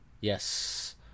Yes